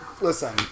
listen